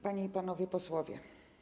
Panie i Panowie Posłowie!